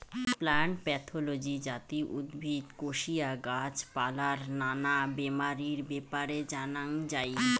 plant pathology যাতি উদ্ভিদ, কোশিয়া, গাছ পালার নানা বেমারির ব্যাপারে জানাঙ যাই